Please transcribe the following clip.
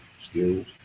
skills